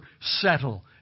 settle